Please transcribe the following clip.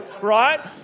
right